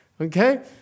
Okay